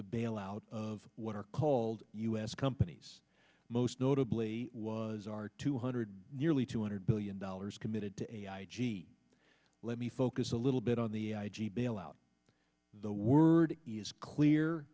the bailout of what are called u s companies most notably was our two hundred nearly two hundred billion dollars committed to a g let me focus a little bit on the i g bailout the word is clear